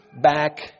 back